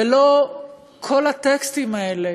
ולא כל הטקסטים האלה